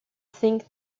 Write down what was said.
think